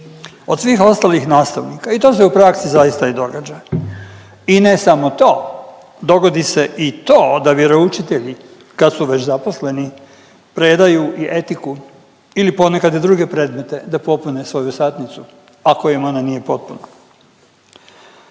od svih ostalih nastavnika i to se u praksi zaista i događa. I ne samo to, dogodi se i to da vjeroučitelji kad su već zaposleni predaju i etiku ili ponekad i druge predmete da popune svoju satnicu ako im ona nije potpuna.